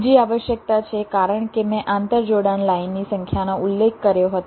બીજી આવશ્યકતા છે કારણ કે મેં આંતરજોડાણ લાઇન ની સંખ્યાનો ઉલ્લેખ કર્યો હતો